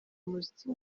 umuziki